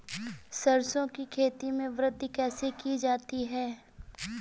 सरसो की खेती में वृद्धि कैसे की जाती है?